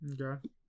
Okay